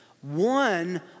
One